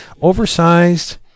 Oversized